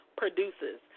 produces